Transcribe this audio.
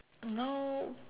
no